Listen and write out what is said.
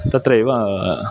तत्रैव